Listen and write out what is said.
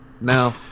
Now